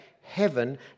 heaven